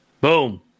Boom